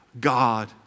God